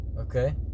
Okay